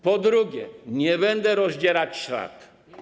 Po drugie, nie będę rozdzierać szat.